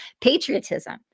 patriotism